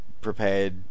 prepared